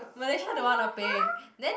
Malaysia don't want to pay then